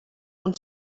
und